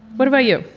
what about you?